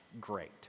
great